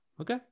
Okay